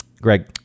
greg